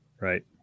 right